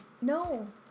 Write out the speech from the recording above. No